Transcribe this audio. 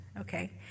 okay